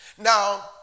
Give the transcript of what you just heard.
Now